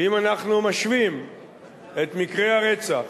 ואם אנחנו משווים את מקרי הרצח